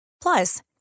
Plus